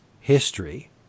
history